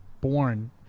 born